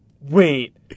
Wait